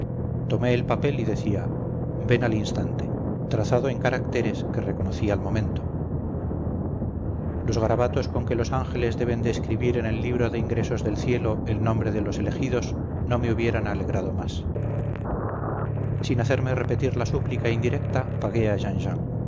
tomé el papel y decía ven al instante trazado en caracteres que reconocí al momento los garabatos con que los ángeles deben de escribir en el libro de ingresos del cielo el nombre de los elegidos no me hubieran alegrado más sin hacerme repetir la súplica indirecta pagué